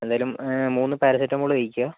എന്തായാലും മൂന്ന് പാരാസെറ്റാമോൾ കഴിക്കുക